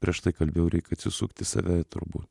prieš tai kalbėjau reik atsisukt į save turbūt